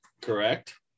correct